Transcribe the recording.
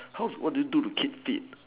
how's what do you do to keep fit